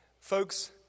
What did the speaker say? Folks